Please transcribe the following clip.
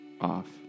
off